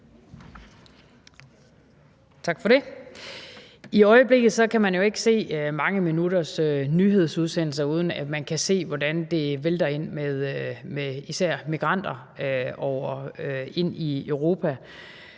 Tak for det. I øjeblikket kan man jo ikke se mange minutters nyhedsudsendelser, uden at man kan se, hvordan det vælter ind med især migranter i Europa,